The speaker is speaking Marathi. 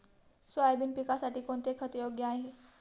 सोयाबीन पिकासाठी कोणते खत योग्य आहे?